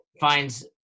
finds